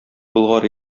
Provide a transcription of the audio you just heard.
болгар